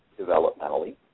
developmentally